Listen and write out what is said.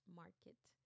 market